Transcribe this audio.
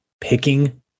picking